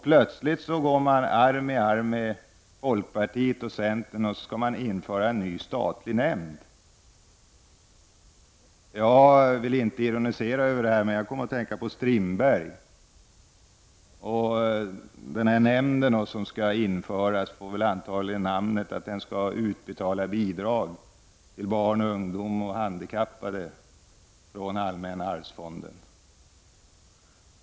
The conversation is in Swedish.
Men plötsligt går man arm i arm med folkpartiet och centern och vill införa en ny statlig nämnd. Jag vill inte ironisera över förslaget men kommer i sammanhanget att tänka på Strindberg. Den nämnd som skall införas får antagligen namn om sig att den skall utbetala bidrag till barn och ungdom samt handikappade från allmänna arvsfonden.